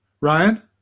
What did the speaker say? Ryan